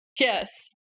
Yes